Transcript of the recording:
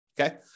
okay